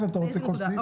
אתה רוצה כל סעיף?